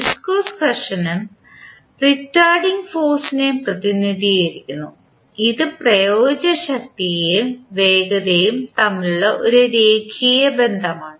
viscous ഘർഷണം retarding ഫോഴ്സിനെ പ്രതിനിധീകരിക്കുന്നു ഇത് പ്രയോഗിച്ച ശക്തിയും വേഗതയും തമ്മിലുള്ള ഒരു രേഖീയ ബന്ധമാണ്